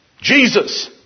Jesus